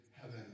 heaven